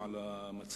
חברי חברי הכנסת,